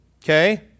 Okay